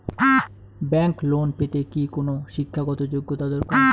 Bank loan পেতে কি কোনো শিক্ষা গত যোগ্য দরকার?